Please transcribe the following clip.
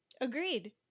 Agreed